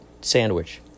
sandwich